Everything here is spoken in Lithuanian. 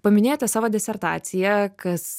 paminėjote savo disertaciją kas